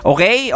Okay